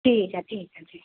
ਠੀਕ ਹੈ ਠੀਕ ਹੈ ਜੀ